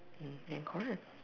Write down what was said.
then correct